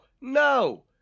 No